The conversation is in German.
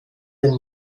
den